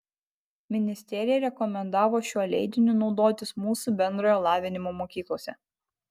ministerija rekomendavo šiuo leidiniu naudotis mūsų bendrojo lavinimo mokyklose